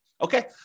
okay